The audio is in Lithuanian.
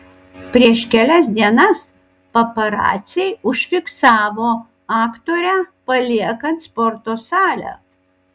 prieš kelias dienas paparaciai užfiksavo aktorę paliekant sporto salę